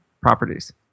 properties